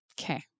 Okay